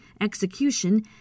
execution